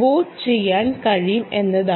boot ചെയ്യാൻ കഴിയും എന്നതാണ്